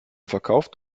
verkauft